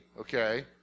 okay